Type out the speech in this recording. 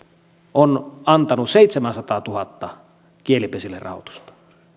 on antanut seitsemällesadalletuhannelle kielipesille rahoitusta